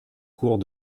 cours